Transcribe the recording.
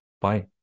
Bye